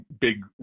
big